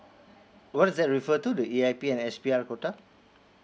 what is that refer to the E_I_P and S_P_R quota